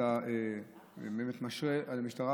שאתה משרה על המשטרה,